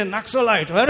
Naxalite